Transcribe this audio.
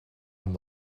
amb